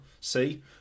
See